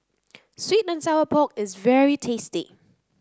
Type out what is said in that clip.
sweet and Sour Pork is very tasty